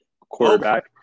quarterback